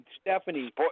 Stephanie